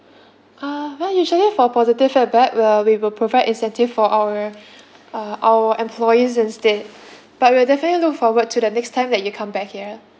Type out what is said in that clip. ah well usually for positive feedback we'll we will provide incentive for our uh our employees instead but we'll definitely look forward to the next time that you come back here